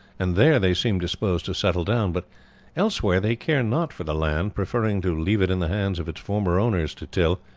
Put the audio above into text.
and there they seem disposed to settle down but elsewhere they care not for the land, preferring to leave it in the hands of its former owners to till,